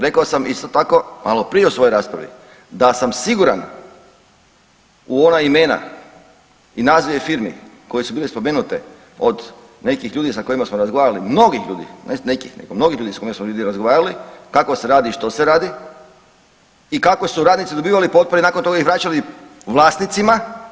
Rekao sam isto tako maloprije u svojoj raspravi da sam siguran u ona imena i nazive firmi koje su bile spomenute od nekih ljudi sa kojima smo razgovarali, mnogih ljudi, ne nekih nego mnogih ljudi s kojima smo razgovarali, kako se radi i što se radi i kakve su radnici dobivali potpore i nakon toga ih vraćali vlasnicima.